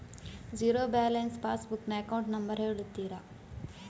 Zero balance passbook ನ account number ಹೇಳುತ್ತೀರಾ?